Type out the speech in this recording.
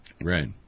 Right